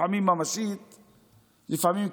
לפעמים ממשית,